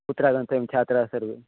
कुत्र आगन्तव्यं छात्राः सर्वे